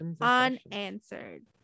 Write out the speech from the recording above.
unanswered